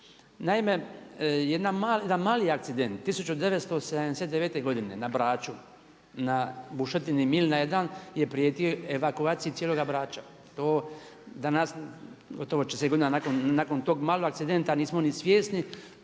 Naime, jedan mali akcident 1979. na Braču na bušotini Milna 1 je prijetio evakuaciji cijeloga Brača. To danas gotovo će sigurno nakon tog malog akcidenta nismo ni svjesni